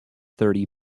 thirty